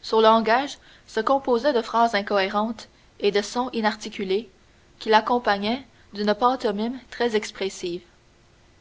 son langage se composait de phrases incohérentes et de sons inarticulés qu'il accompagnait d'une pantomime très expressive